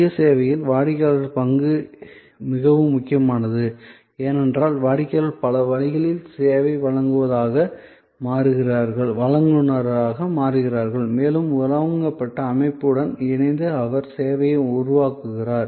சுய சேவையில் வாடிக்கையாளரின் பங்கு மிகவும் முக்கியமானது ஏனென்றால் வாடிக்கையாளர் பல வழிகளில் சேவை வழங்குநராக மாறுகிறார் மேலும் வழங்கப்பட்ட அமைப்புடன் இணைந்து அவர் சேவையை உருவாக்குகிறார்